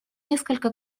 несколько